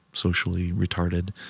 socially retarded.